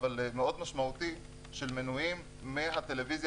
אבל מאוד משמעותי של מנויים מהטלוויזיה